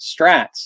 strats